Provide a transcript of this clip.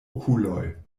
okuloj